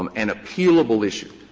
um an appealable issue.